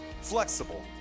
flexible